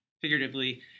figuratively